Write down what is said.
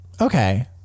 Okay